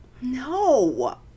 No